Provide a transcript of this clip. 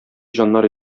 җаннар